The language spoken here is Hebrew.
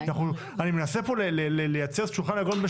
אני מנסה פה לייצר שולחן עגול בין